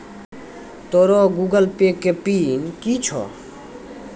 तोरो Google Pay के PIN कि छौं?